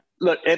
look